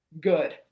good